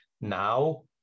now